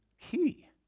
key